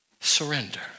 Surrender